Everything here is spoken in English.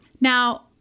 Now